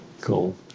cool